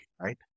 right